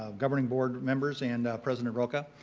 ah governing board members and president rocha,